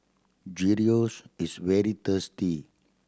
gyros is very tasty